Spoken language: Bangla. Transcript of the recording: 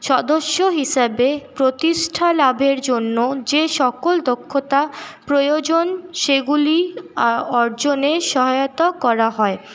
সদস্য হিসাবে প্রতিষ্ঠা লাভের জন্য যে সকল দক্ষতা প্রয়োজন সেগুলি অর্জনের সহায়তা করা হয়